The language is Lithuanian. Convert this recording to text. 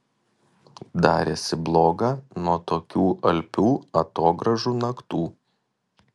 darėsi bloga nuo tokių alpių atogrąžų naktų